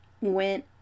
went